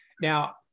Now